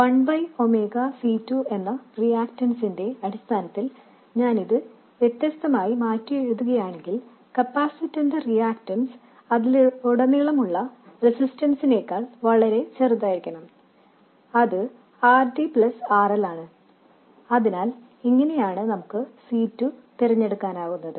1 ⍵ C2 എന്ന റിയാക്റ്റൻസിന്റെ അടിസ്ഥാനത്തിൽ ഞാൻ ഇത് വ്യത്യസ്തമായി മാറ്റിയെഴുതുകയാണെങ്കിൽ കപ്പാസിറ്ററിന്റെ റിയാക്റ്റൻസ് അതിലുടനീളമുള്ള റെസിസ്റ്റൻസിനേക്കാൾ വളരെ ചെറുതായിരിക്കണം അത് R D plus R L ആണ് അതിനാൽ ഇങ്ങനെയാണ് നമുക്ക് C 2 തിരഞ്ഞെടുക്കാനാകുന്നത്